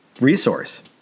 resource